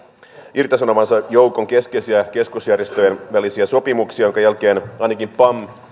irtisanovansa joukon keskeisiä keskusjärjestöjen välisiä sopimuksia minkä jälkeen ainakin pam